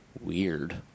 weird